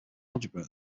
algebra